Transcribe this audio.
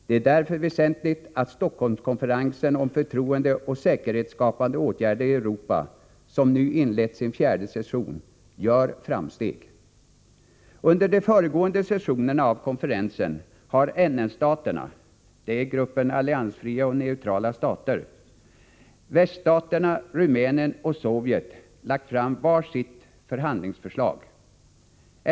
Det är därför väsentligt att Stockholmskonferensen om förtroendeoch säkerhetsskapande åtgärder i Europa, som nu inlett sin fjärde session, gör framsteg. Under de föregående sessionerna av konferensen har NN-staterna —- gruppen alliansfria och neutrala stater — väststaterna, Rumänien och Sovjet lagt fram var sitt förhandlingsförslag.